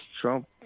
Trump